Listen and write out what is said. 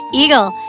eagle